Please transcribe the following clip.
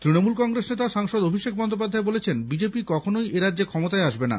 তৃণমূল কংগ্রেস নেতা সাংসদ অভিষেক বন্দ্যোপাধ্যায় বলেছেন বিজেপি কখনই এরাজ্যে ক্ষমতায় আসবে না